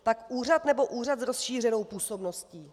Tak úřad, nebo úřad s rozšířenou působností?